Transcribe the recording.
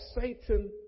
Satan